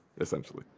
essentially